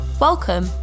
Welcome